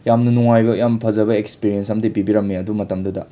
ꯃꯥꯝꯅ ꯅꯨꯡꯉꯥꯏꯕ ꯌꯥꯝ ꯐꯖꯕ ꯑꯦꯛꯁꯄꯤꯔꯦꯟꯁ ꯑꯝꯗꯤ ꯄꯤꯕꯤꯔꯝꯃꯦ ꯑꯗꯨ ꯃꯇꯝꯗꯨꯗ